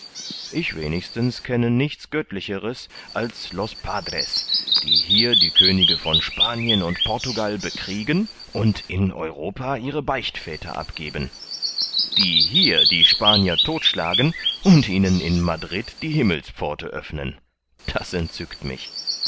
ich wenigstens kenne nichts göttlicheres als los padres die hier die könige von spanien und portugal bekriegen und in europa ihre beichtväter abgeben die hier die spanier todtschlagen und ihnen in madrid die himmelspforte öffnen das entzückt mich